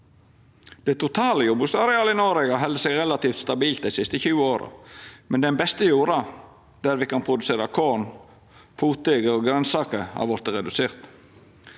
Det totale jordbruksarealet i Noreg har halde seg relativt stabilt dei siste 20 åra, men den beste jorda – der me kan produsera korn, potetar og grønsaker – har vorte redusert.